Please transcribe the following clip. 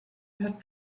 had